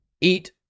Eat